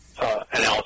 analysis